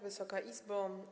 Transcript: Wysoka Izbo!